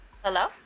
Hello